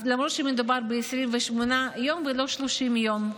למרות שמדובר ב-28 יום ולא 30 יום,